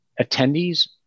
attendees